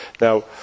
Now